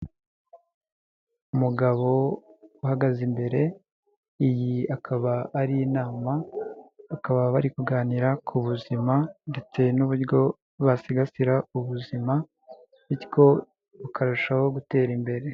Umugabo uhagaze imbere, iyi akaba ari inama, bakaba bari kuganira ku buzima ndetse n'uburyo basigasira ubuzima, bityo bukarushaho gutera imbere.